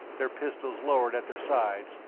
their pistols lowered at their sides,